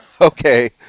Okay